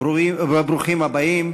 ברוכים הבאים,